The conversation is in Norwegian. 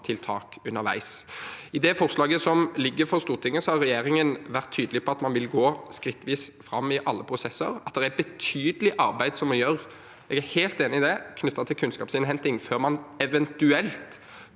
underveis. I det forslaget som ligger i Stortinget, har regjeringen vært tydelig på at man vil gå skrittvis fram i alle prosesser, og at det er et betydelig arbeid som må gjøres knyttet til kunnskapsinnhenting – jeg er helt